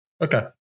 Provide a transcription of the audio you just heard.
Okay